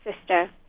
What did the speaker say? sister